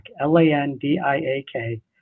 L-A-N-D-I-A-K